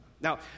Now